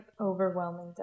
overwhelming